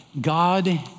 God